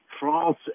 France